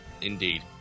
indeed